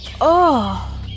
Oh